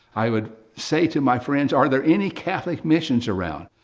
i would say to my friends, are there any catholic missions around?